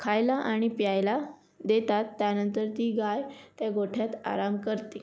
खायला आणि प्यायला देतात त्यानंतर ती गाय त्या गोठ्यात आराम करते